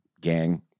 gang